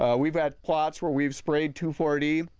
ah we've had plots where we've sprayed two four d,